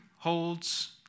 holds